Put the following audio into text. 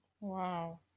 Wow